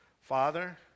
Father